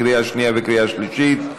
לקריאה שנייה וקריאה שלישית.